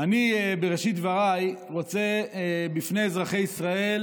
אני בראשית דבריי רוצה בפני אזרחי ישראל